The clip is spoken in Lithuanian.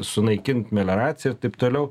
sunaikint melioraciją ir taip toliau